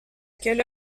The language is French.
quelle